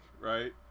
right